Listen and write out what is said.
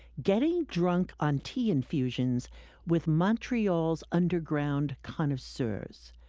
getting drunk on tea infusions with montreal's underground connoisseurs.